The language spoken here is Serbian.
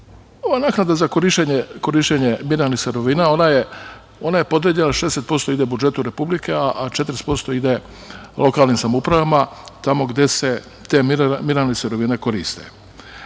ova naknada za korišćenje binarnih sirovina, ona je podeljena, 60% ide budžetu Republike, a 40% ide lokalnim samoupravama tamo gde se te mineralne sirovine koriste. Ja